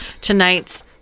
tonight's